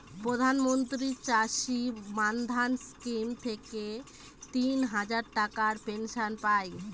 প্রধান মন্ত্রী চাষী মান্ধান স্কিম থেকে তিন হাজার টাকার পেনশন পাই